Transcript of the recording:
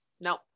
no